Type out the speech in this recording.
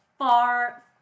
Far